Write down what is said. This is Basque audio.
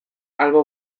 albo